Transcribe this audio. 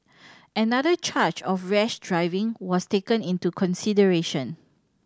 another charge of rash driving was taken into consideration